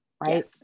right